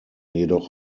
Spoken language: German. jedoch